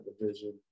division